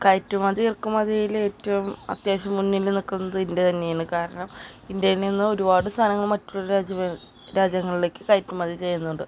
കയറ്റുമതി ഇറക്കുമതിയിൽ ഏറ്റവും അത്യാവശ്യം മുന്നിൽ നിൽക്കുന്നത് ഇന്ത്യ തന്നെ ആണ് കാരണം ഇന്ത്യയിൽ നിന്ന് ഒരുപാട് സാധനങ്ങൾ മറ്റുള്ള രാജ്യങ്ങളിൽ രാജ്യങ്ങളിലേക്ക് കയറ്റുമതി ചെയ്യുന്നുണ്ട്